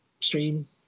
stream